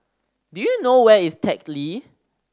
do you know where is Teck Lee